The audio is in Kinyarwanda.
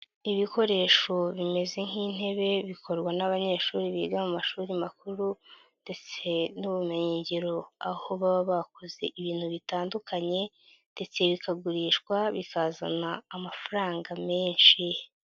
Ibikoresho bimeze nk'intebe bikorwa n'abanyeshuri biga mu mashuri makuru ndetse n'ubumenyingiro aho baba bakoze ibintu bitandukanye ndetse bikagurishwa bikazana amafaranga menshi.